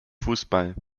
fußball